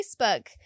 Facebook